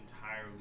entirely